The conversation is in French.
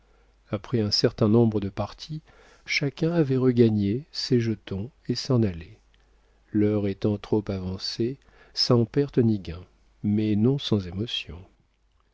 après un certain nombre de parties chacun avait regagné ses jetons et s'en allait l'heure étant trop avancée sans perte ni gain mais non sans émotion